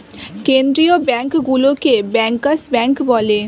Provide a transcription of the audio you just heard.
কেন্দ্রীয় ব্যাঙ্কগুলোকে bankers bank বলে